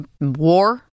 war